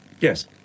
yes